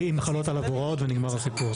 אם חלות עליו הוראות ונגמר הסיפור.